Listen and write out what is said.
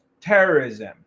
terrorism